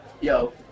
yo